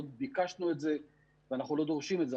לא ביקשנו את זה ואנחנו לא דורשים את זה.